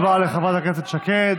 תודה רבה לחברת הכנסת שקד.